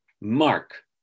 Mark